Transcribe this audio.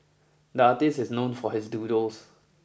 the artist is known for his doodles